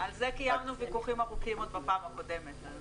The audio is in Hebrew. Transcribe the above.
על זה קיימנו ויכוחים ארוכים עוד בפעם הקודמת.